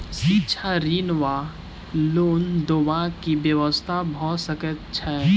शिक्षा ऋण वा लोन देबाक की व्यवस्था भऽ सकै छै?